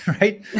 right